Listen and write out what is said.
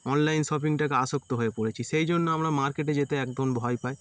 online শপিংটাকে আসক্ত হয়ে পড়েছি সেই জন্য আমরা মার্কেটে যেতে একদম ভয় পাই